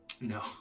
No